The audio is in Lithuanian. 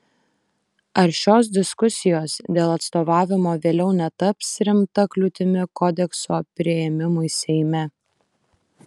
ar šios diskusijos dėl atstovavimo vėliau netaps rimta kliūtimi kodekso priėmimui seime